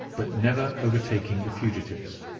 but never overtaking the fugitives.